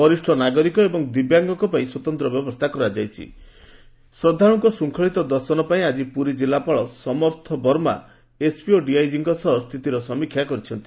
ବରିଷ୍ ନାଗରିକ ଏବଂ ଦିବ୍ୟାଙ୍ଗଙ୍କ ପାଇଁ ସ୍ୱତନ୍ତ ବ୍ୟବସ୍ତା କରାଯାଇଛି ଶ୍ରଦ୍ଧାଳୁଙ୍କ ଶୂଙ୍ଖଳିତ ଦର୍ଶନ ପାଇଁ ଆଜି ପୁରୀ ଜିଲ୍ଲାପାଳ ସମର୍ଥ ବର୍ମା ଏସ୍ପି ଓ ଡିଆଇଜିଙ୍କ ସହ ସ୍ସିତିର ସମୀକ୍ଷା କରିଛନ୍ତି